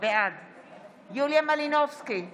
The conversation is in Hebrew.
בעד יוליה מלינובסקי קונין,